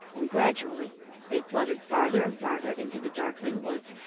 and gradually the fluttered farther and farther into the darkling woods,